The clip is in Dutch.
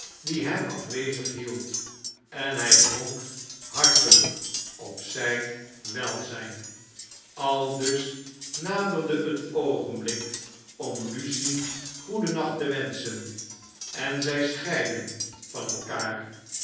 die hem afwezig hield en hij dronk harteljjk op zyn welzjjn aldus naderde het oogenblik om lucie goedennacht te wenschen en zij scheidden van elkaar